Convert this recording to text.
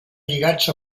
lligats